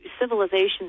civilizations